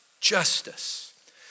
justice